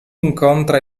incontra